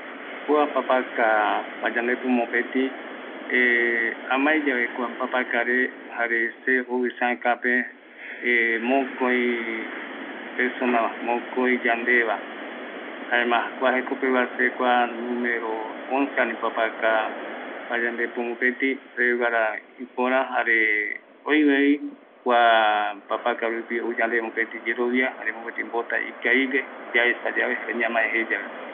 kua papaka pañandepo mopetipe, amaeyave jaeko mokoi yandeva, jaema jayave kua papaka payandepo mopeti seve guara ipora, oimevi outa yandeve mopeti mbota, jare yerovia ikavigue. piare yaemako esa ya no ata aparaiki paraete ko pe mbaeti ye kuarai jaji ye akuera ravia ye.